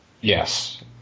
Yes